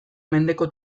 mendeko